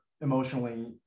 emotionally